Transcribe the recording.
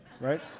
right